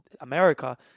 America